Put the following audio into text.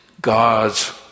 God's